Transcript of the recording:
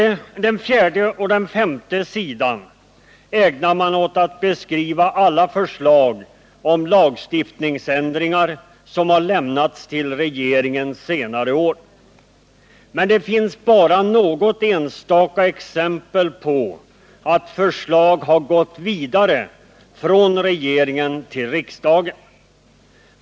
Den fjärde och den femte sidan ägnas åt att beskriva alla förslag om lagändringar som har lämnats till regeringen senare år. Men det finns bara något enstaka exempel på att förslag har gått vidare från regeringen till riksdagen.